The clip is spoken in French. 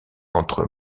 entre